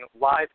live